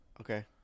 Okay